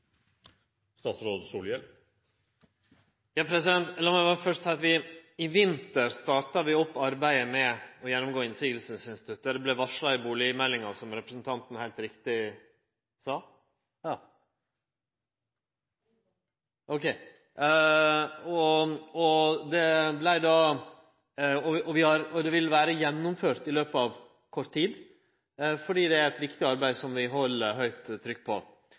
meg berre først seie at vi i vinter starta opp arbeidet med å gjennomgå motsegnsinstituttet. Det vart varsla i bustadmeldinga, som representanten heilt riktig sa. Det vil vere gjennomført i løpet av kort tid, for det er eit viktig arbeid som vi held høgt trykk på.